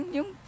Yung